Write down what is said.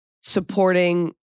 supporting